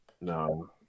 No